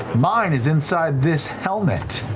mine is inside this helmet.